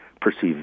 perceived